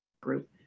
group